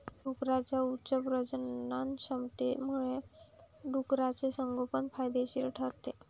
डुकरांच्या उच्च प्रजननक्षमतेमुळे डुकराचे संगोपन फायदेशीर ठरते